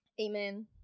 Amen